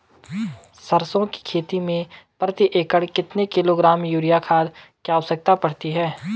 सरसों की खेती में प्रति एकड़ कितने किलोग्राम यूरिया खाद की आवश्यकता पड़ती है?